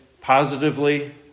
positively